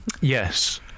Yes